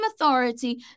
authority